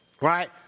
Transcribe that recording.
Right